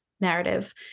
narrative